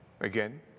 Again